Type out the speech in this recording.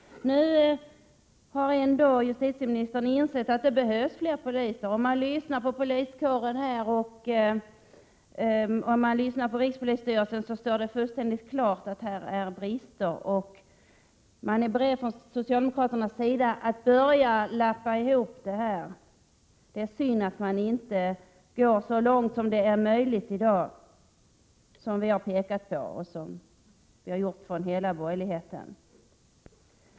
Nu har ändå justitieministern insett att det behövs fler poliser. Om man lyssnar på poliskåren här och på rikspolisstyrelsen, står det fullständigt klart att det finns brister. Man är från socialdemokraternas sida beredd att börja lappa ihop sprickorna. Det är synd att man inte går så långt som det är möjligt i dag — och som vi har pekat på från hela borgerligheten.